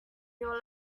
your